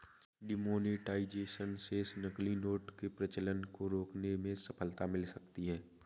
demonetisation से नकली note के प्रचलन को रोकने में सफलता मिल सकती है